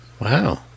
Wow